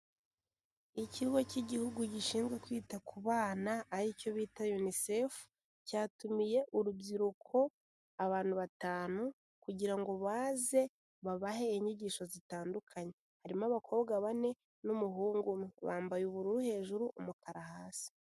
Ikigo cy'igihugu gishinzwe kwita ku bana aricyo bita UNICEF cyatumiye urubyiruko abantu batanu kugira ngo baze babahe inyigisho zitandukanye, harimo abakobwa bane n'umuhungu umwe, bambaye ubururu hejuru umukara hasi.